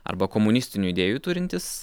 arba komunistinių idėjų turintys